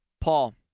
Paul